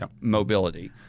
mobility